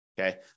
Okay